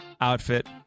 outfit